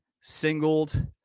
singled